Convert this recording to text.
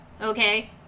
Okay